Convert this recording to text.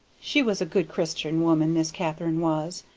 she was a good christian woman, miss katharine was.